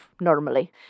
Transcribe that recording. normally